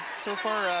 so far,